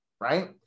right